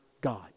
God